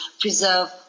preserve